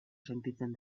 sentitzen